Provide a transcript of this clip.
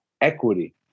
equity